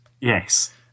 Yes